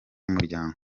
umuryango